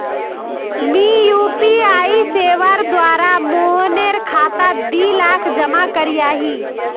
मी यु.पी.आई सेवार द्वारा मोहनेर खातात दी लाख जमा करयाही